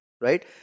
right